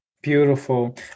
Beautiful